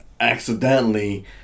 accidentally